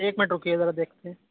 ایک منٹ رکیے ذرا دیکھتے ہیں